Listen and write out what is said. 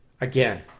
again